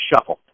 shuffle